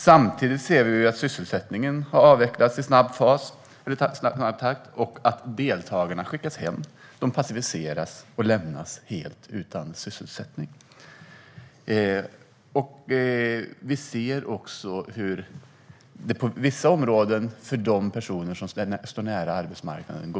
Samtidigt ser vi att sysselsättningen har avvecklats i snabb takt och att deltagarna skickas hem. De passiviseras och lämnas helt utan sysselsättning. På vissa områden går det bra för de personer som står nära arbetsmarknaden.